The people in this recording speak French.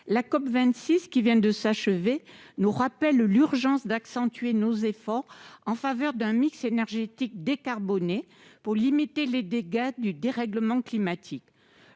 la COP26, qui vient de s'achever, nous rappelle l'urgence qu'il y a à accentuer nos efforts en faveur d'un mix énergétique décarboné visant à limiter les dégâts du dérèglement climatique.